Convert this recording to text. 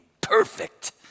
perfect